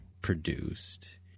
produced